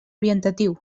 orientatiu